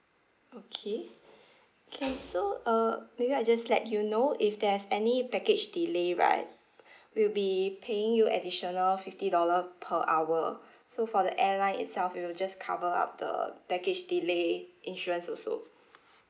okay can so uh maybe I just let you know if there's any baggage delay right we'll be paying you additional fifty dollar per hour so for the airline itself we'll just cover up the baggage delay insurance also